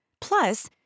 Plus